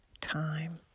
time